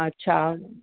अछा